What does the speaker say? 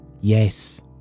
Yes